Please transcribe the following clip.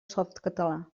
softcatalà